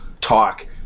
talk